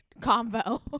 combo